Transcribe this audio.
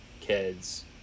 kids